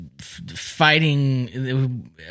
fighting